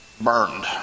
burned